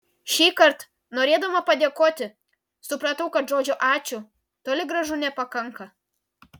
šįkart norėdama padėkoti supratau kad žodžio ačiū toli gražu nepakanka